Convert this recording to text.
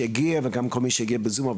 שהגיע וגם לכל מי שהשתתף איתנו בדיון הזה בזום,